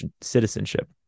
citizenship